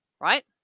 right